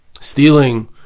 stealing